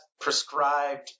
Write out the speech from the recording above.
prescribed